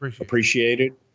appreciated